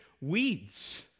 weeds